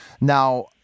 now